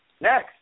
Next